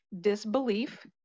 Disbelief